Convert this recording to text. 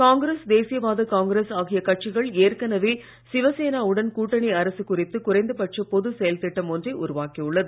காங்கிரஸ் தேசிய வாத காங்கிரஸ் ஆகிய கட்சிகள் ஏற்கனவே சிவசேனா உடன் கூட்டணி அரசு குறித்து குறைந்தபட்ச பொது செயல்திட்டம் ஒன்றை உருவாக்கியுள்ளது